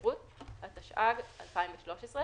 נראה לי שסיפה לא נדרשת.